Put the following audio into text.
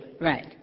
Right